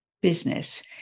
business